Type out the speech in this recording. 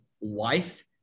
wife